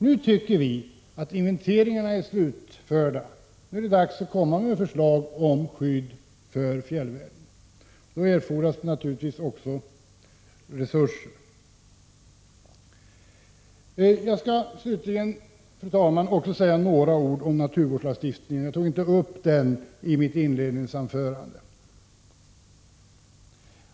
Nu när inventeringarna är slutförda, tycker vi att det är dags att komma med förslag om skydd för fjällvärlden. Då erfordras det naturligtvis också resurser. Jag skall slutligen, fru talman, också säga några ord om naturvårdslagstiftningen. Jag tog inte upp den i mitt inledningsanförande.